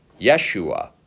Yeshua